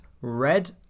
red